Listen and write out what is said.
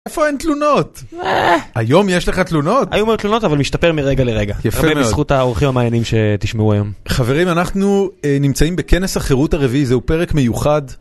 ‫איפה אין תלונות? ‫היום יש לך תלונות? ‫היו מעט תלונות, ‫אבל משתפר מרגע לרגע. ‫יפה מאוד. ‫-הרבה בזכות האורחים המעניינים ‫שתשמעו היום. ‫חברים, אנחנו נמצאים ‫בכנס החירות הרביעי, זהו פרק מיוחד.